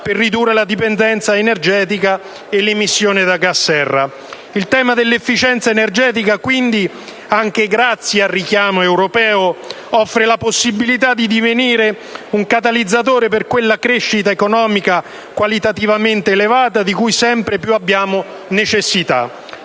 per ridurre la dipendenza energetica e l'emissione da gas serra. Il tema dell'efficienza energetica quindi, anche grazie al richiamo europeo, offre la possibilità di divenire un catalizzatore per quella crescita economica qualitativamente elevata di cui sempre più abbiamo necessità.